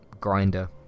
grinder